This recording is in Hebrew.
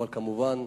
אבל כמובן,